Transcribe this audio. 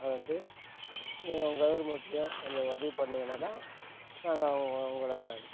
அது வந்து நீங்கள் கவர்மெண்ட்லையும் கொஞ்சம் உதவி பண்ணீங்கன்னாக்கா நாங்கள் உங்களை